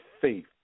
faith